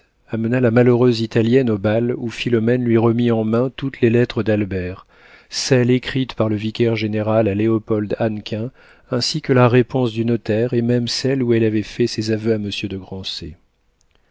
amena la malheureuse italienne au bal où philomène lui remit en main toutes les lettres d'albert celle écrite par le vicaire-général à léopold hannequin ainsi que la réponse du notaire et même celle où elle avait fait ses aveux à monsieur de